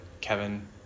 Kevin